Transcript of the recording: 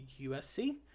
USC